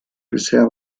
bisher